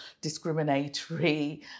discriminatory